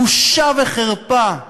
בושה וחרפה.